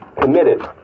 committed